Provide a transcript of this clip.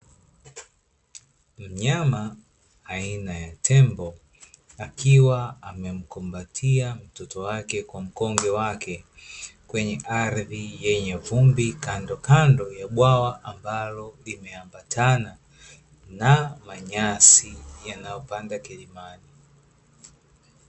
Mnyama aina ya tembo, akiwa amemkumbatia mtoto wake kwa mkonge wake, kwenye ardhi yenye vumbi kandokando ya bwawa ambalo limeambatana, na manyasi yanayopanda kilimani.